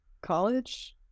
college